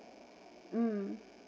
mm